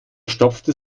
stopfte